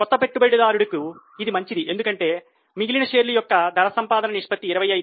కొత్త పెట్టుబడిదారుడుకు ఇది మంచిది ఎందుకంటే మిగిలిన షేర్లు యొక్క ధర సంపాదన నిష్పత్తి 25